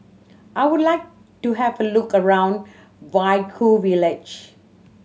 I would like to have a look around Vaiaku village